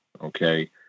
Okay